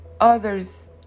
others